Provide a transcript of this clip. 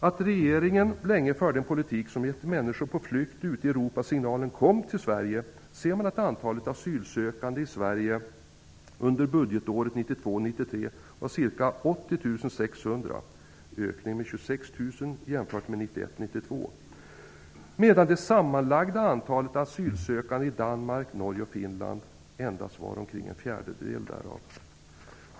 Att regeringen länge förde en politik som gett människor på flykt ute i Europa signalen ''kom till Sverige'' ser man på att antalet asylsökande i Sverige under budgetåret 1992 92 -- medan det sammanlagda antalet asylsökande i Danmark, Norge och Finland endast var omkring en fjärdedel därav.